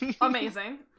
Amazing